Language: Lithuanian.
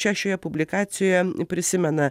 čia šioje publikacijoje prisimena